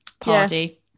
party